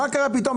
מה קרה פתאום?